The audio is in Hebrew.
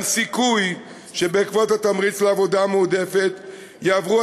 יש סיכוי שבעקבות התמריץ לעבודה המועדפת יעברו